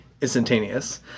instantaneous